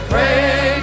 Pray